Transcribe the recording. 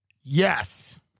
Yes